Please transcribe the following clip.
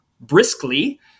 briskly